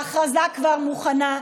ההכרזה כבר מוכנה.